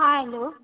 hello